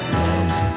love